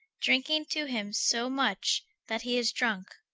drinking to him so much, that hee is drunke